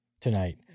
tonight